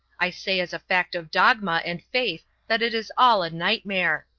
i say as a fact of dogma and faith that it is all a nightmare.